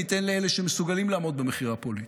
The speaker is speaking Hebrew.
אני אתן לאלה שמסוגלים לעמוד במחיר הפוליטי.